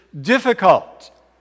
difficult